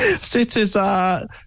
Citizen